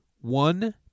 one